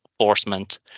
enforcement